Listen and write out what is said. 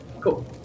cool